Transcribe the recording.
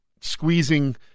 squeezing